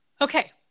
Okay